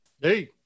Hey